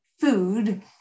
food